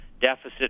deficit